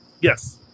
Yes